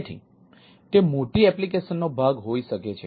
તેથી તે મોટી એપ્લિકેશનનો ભાગ હોઈ શકે છે